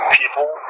people